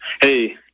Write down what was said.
Hey